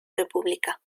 república